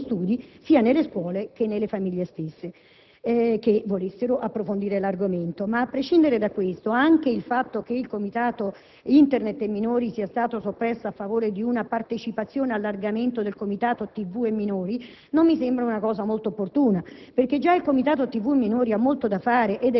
studi sia nelle scuole che nelle famiglie stesse che volessero approfondire l'argomento. Ma, a prescindere da questo, anche il fatto che il Comitato "Internet e minori" sia stato soppresso a favore di un allargamento del Comitato "TV e minori" non mi sembra molto opportuno. Quest'ultimo Comitato, infatti, ha già molto da fare,